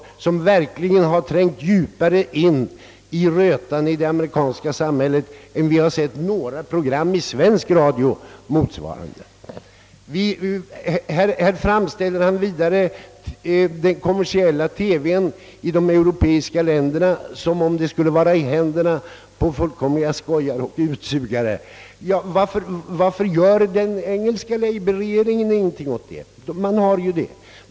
Dessa program tränger verkligen djupare in i rötan i det amerikanska samhället än några motsvarande program om svenska förhållanden gör. Han framställer vidare den kommersiella TV:n i de europeiska länderna som om den skulle vara i händerna på fullkomliga skojare och utsugare. Varför gör då labourregeringen i England ingenting åt den engelska kommersiella TV:n?